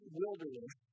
wilderness